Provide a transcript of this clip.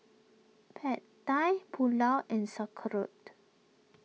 Pad Thai Pulao and Sauerkraut